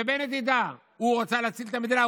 שבנט ידע: הוא רצה להציל את המדינה,